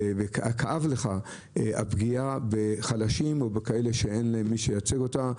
וכאב לך הפגיעה בחלשים ובכאלה שאין מי שייצג אותם.